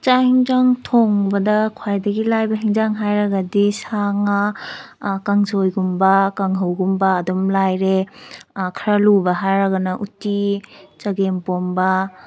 ꯆꯥꯛ ꯌꯦꯟꯁꯥꯡ ꯊꯣꯡꯕꯗ ꯈ꯭ꯋꯥꯏꯗꯒꯤ ꯂꯥꯏꯕ ꯌꯦꯟꯁꯥꯡ ꯍꯥꯏꯔꯒꯗꯤ ꯁꯥ ꯉꯥ ꯀꯥꯡꯁꯣꯏꯒꯨꯝꯕ ꯀꯥꯡꯉꯧꯒꯨꯝꯕ ꯑꯗꯨꯝ ꯂꯥꯏꯔꯦ ꯈꯔ ꯂꯨꯕ ꯍꯥꯏꯔꯒꯅ ꯎꯇꯤ ꯆꯒꯦꯝꯄꯣꯝꯕ